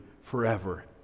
forever